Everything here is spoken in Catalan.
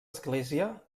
església